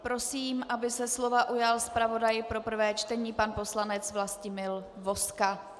Prosím, aby se slova ujal zpravodaj pro prvé čtení, pan poslanec Vlastimil Vozka.